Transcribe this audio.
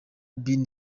bin